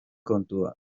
kontua